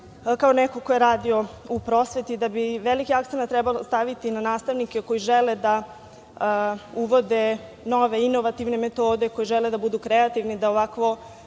kao neko ko je radio u prosveti, da bi veliki akcenat trebalo staviti na nastavnike koji žele da uvode nove inovativne metode, koji žele da budu kreativni, da ovakvo